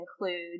include